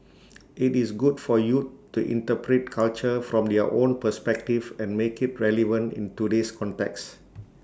IT is good for youth to interpret culture from their own perspective and make IT relevant in today's context